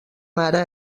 mare